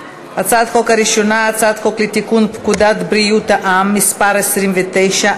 הצעת החוק הראשונה: הצעת חוק לתיקון פקודת בריאות העם (מס' 29),